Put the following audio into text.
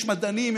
יש מדענים,